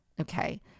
Okay